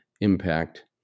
impact